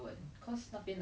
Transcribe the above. if fair enough